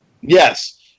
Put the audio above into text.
Yes